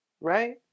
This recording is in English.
right